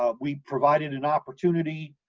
ah we provided an opportunity,